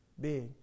big